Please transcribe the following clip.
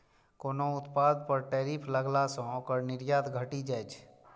कोनो उत्पाद पर टैरिफ लगला सं ओकर निर्यात घटि जाइ छै